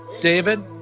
David